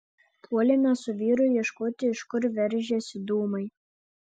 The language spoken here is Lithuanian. puolėme su vyru ieškoti iš kur veržiasi dūmai